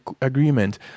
agreement